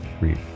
Read